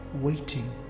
waiting